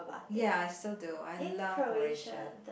ya I still do I love Croatia